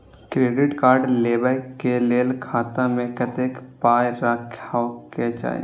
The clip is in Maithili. क्रेडिट कार्ड लेबै के लेल खाता मे कतेक पाय राखै के चाही?